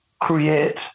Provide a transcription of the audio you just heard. create